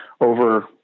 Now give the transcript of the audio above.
over